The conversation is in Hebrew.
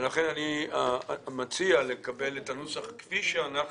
לכן, אני מציע לקבל את הנוסח כפי שהוא